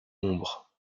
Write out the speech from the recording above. ombre